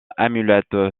amulette